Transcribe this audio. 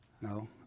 No